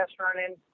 running